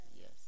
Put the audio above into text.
Yes